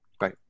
Right